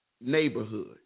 neighborhood